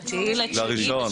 ב-09.09 זה